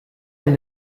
elle